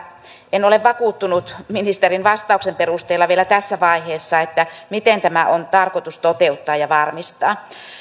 en ole vakuuttunut ministerin vastauksen perusteella vielä tässä vaiheessa miten tämä on tarkoitus toteuttaa ja varmistaa